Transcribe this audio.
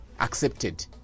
accepted